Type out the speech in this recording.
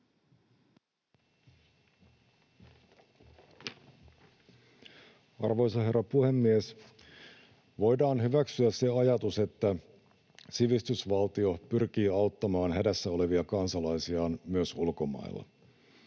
Arvoisa herra puhemies! Voidaan hyväksyä se ajatus, että sivistysvaltio pyrkii auttamaan hädässä olevia kansalaisiaan myös ulkomailla.